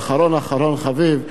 ואחרון אחרון חביב,